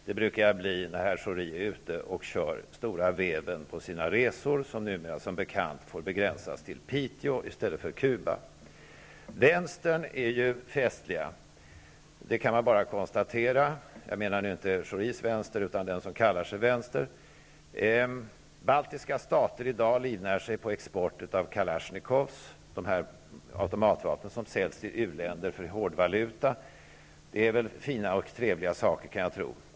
Det brukar jag bli när herr Schori är ute och kör stora veven på sina resor, som numera som bekant får begränsas till Piteå i stället för att gå till I vänstern är man ju festlig. Det kan man bara konstatera. Jag menar nu inte Schoris vänster, utan den som kallar sig vänster. Baltiska stater livnär sig i dag på export av Kalashnikovgevär, dessa automatvapen som säljs i u-länder för hårdvaluta. Det är väl fina och trevliga saker, kan jag tro.